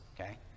okay